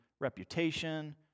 reputation